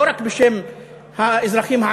לא תדעו לעולם/ איך תִבֶן אבן מאדמתנו את רקיע השמים/ אתם